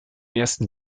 ersten